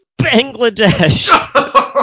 Bangladesh